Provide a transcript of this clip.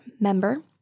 Member